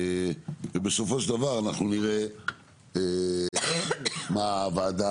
ובסופו של דבר אנחנו נראה מה הוועדה